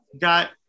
got